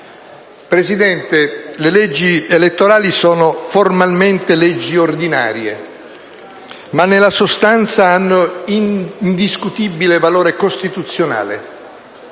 Presidente, le leggi elettorali sono formalmente leggi ordinarie, ma nella sostanza hanno indiscutibile valore costituzionale.